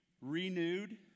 renewed